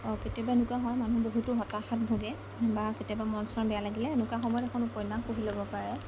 অঁ কেতিয়াবা এনেকুৱা হয় মানুহ বহুতো হতাশাত ভোগে বা কেতিয়াবা মন চন বেয়া লাগিলে এনেকুৱা সময়ত এখন উপন্যাস পঢ়ি ল'ব পাৰে